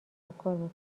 میکنم